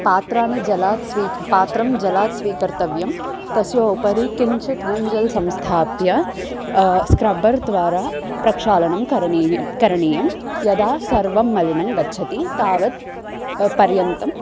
पात्राणि जलात् स्वी पात्रं जलात् स्वीकर्तव्यं तस्योपरि किञ्चित् विं जलं संस्थाप्य स्क्रब्बर्द्वारा प्रक्षालनं करणीयं करणीयं यदा सर्वं मलिनं गच्छति तावत् पर्यन्तम्